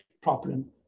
problem